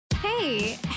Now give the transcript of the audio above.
Hey